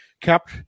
kept